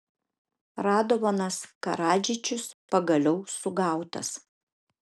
radovanas karadžičius pagaliau sugautas